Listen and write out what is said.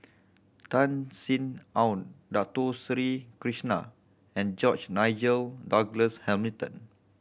Tan Sin Aun Dato Sri Krishna and George Nigel Douglas Hamilton